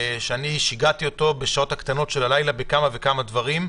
שאני שיגעתי אותו בשעות הקטנות של הלילה בכמה וכמה דברים,